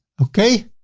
okay.